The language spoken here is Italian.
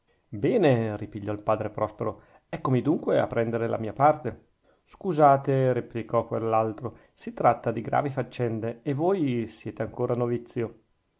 bene ripigliò il padre prospero eccomi dunque a prendere la mia parte scusate replicò quell'altro si tratta di gravi faccende e voi siete ancora novizio